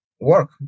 work